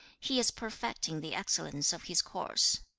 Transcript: he is perfecting the excellence of his course.